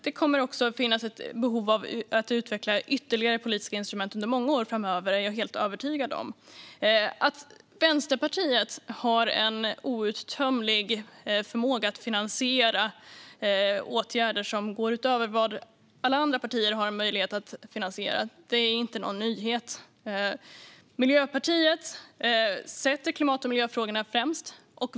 Det kommer också att finnas ett behov av att utveckla ytterligare politiska instrument under många år framöver. Detta är jag helt övertygad om. Att Vänsterpartiet har en outtömlig förmåga att finansiera åtgärder som går utöver vad alla andra partier har möjlighet att finansiera är inte någon nyhet. Miljöpartiet sätter klimat och miljöfrågorna främst.